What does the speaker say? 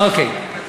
אוקיי.